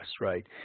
Right